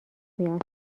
میاد